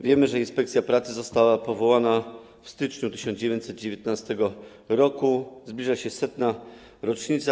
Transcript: Wiemy, że inspekcja pracy została powołana w styczniu 1919 r., zbliża się 100. rocznica.